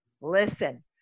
Listen